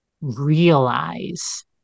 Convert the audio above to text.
realize